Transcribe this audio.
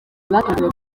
bakanguriwe